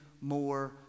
more